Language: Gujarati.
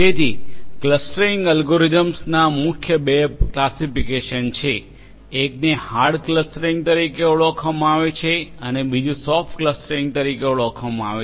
તેથી ક્લસ્ટરીંગ એલ્ગોરિધમ્સના બે મુખ્ય ક્લાસિફિકેશન છે એકને હાર્ડ ક્લસ્ટરિંગ તરીકે ઓળખવામાં આવે છે અને બીજું સોફ્ટ ક્લસ્ટરિંગ તરીકે ઓળખાય છે